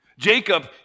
Jacob